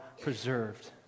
preserved